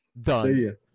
Done